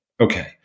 Okay